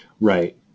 Right